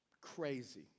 crazy